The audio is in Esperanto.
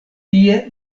tie